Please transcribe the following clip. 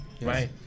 Right